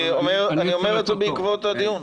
אני אומר את זה בעקבות הדיון.